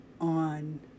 on